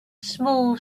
small